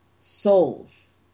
souls